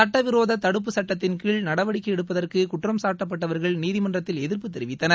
சுட்டவிரோத தடுப்பு சுட்டத்தின்கீழ் நடவடிக்கை எடுப்பதற்கு குற்றம் சாட்டப்பட்டவர்கள் நீதிமன்றத்தில் எதிர்ப்பு தெரிவித்தனர்